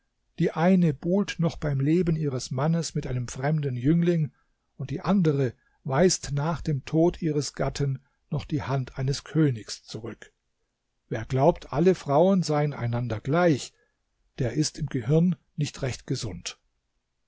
die eine buhlt noch beim leben ihres mannes mit einem fremden jüngling und die andere weist nach dem tod ihres gatten noch die hand eines königs zurück wer glaubt alle frauen seien einander gleich der ist im gehirn nicht recht gesund